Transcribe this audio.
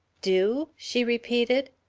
do? she repeated.